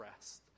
rest